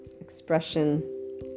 expression